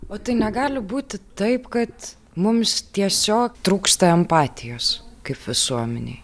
o tai negali būti taip kad mums tiesiog trūksta empatijos kaip visuomenei